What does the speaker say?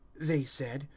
they said,